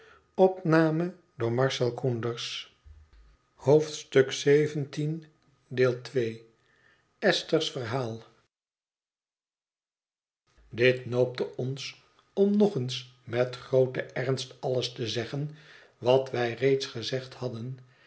dit noopte ons om nog eens met grooten ernst alles te zeggen wat wij reeds gezegd hadden